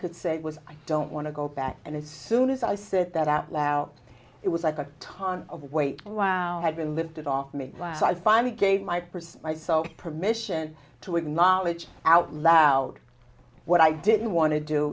could say was i don't want to go back and as soon as i said that out loud it was like a ton of weight around had been lifted off me last i finally gave my perspired so permission to acknowledge out loud what i didn't want to do